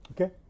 Okay